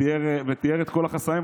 הוא תיאר את כל החסמים,